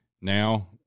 Now